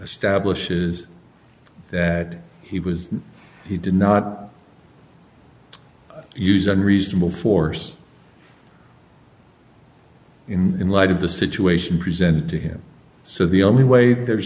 establishes that he was he did not use unreasonable force in light of the situation presented to him so the only way there's